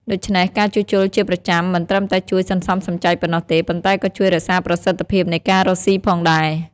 ដូច្នេះ ការជួសជុលជាប្រចាំមិនត្រឹមតែជួយសន្សំសំចៃប៉ុណ្ណោះទេ ប៉ុន្តែក៏ជួយរក្សាប្រសិទ្ធភាពនៃការរកស៊ីផងដែរ។